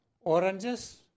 oranges